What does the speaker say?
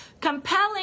Compelling